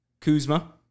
Kuzma